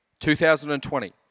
2020